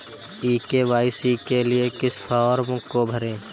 ई KYC के लिए किस फ्रॉम को भरें?